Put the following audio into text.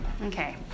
Okay